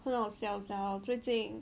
很好笑 sia 我最近